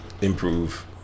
improve